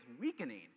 weakening